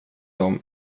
dem